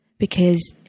because,